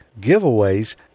giveaways